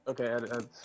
Okay